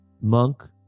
Monk